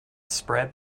spread